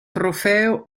trofeo